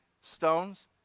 stones